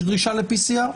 יש דרישה ל-PCR,